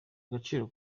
agaciro